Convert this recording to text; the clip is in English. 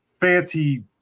fancy